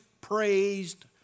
praised